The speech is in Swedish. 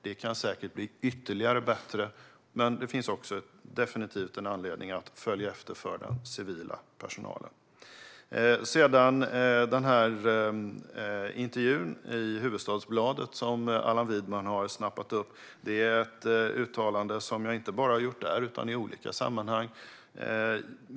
Det kan säkert bli ännu bättre, men det finns definitivt också anledning att följa efter för den civila personalen. Det uttalande jag gjorde i Hufvudstadsbladet och som Allan Widman har snappat upp är ett uttalande som jag inte bara har gjort där utan i olika sammanhang.